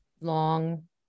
Long